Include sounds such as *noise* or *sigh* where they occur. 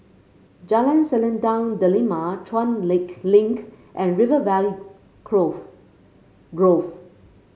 Jalan Selendang Delima Chuan Lake Link and River Valley *unintelligible* Grove